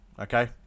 okay